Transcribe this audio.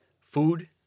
food